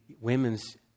women's